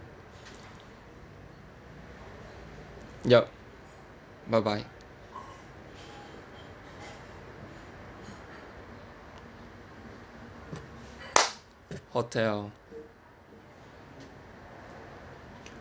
yup bye bye hotel